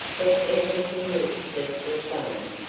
but everything looked just the same.